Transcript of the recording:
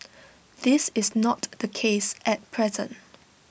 this is not the case at present